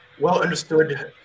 well-understood